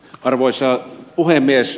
arvoisa puhemies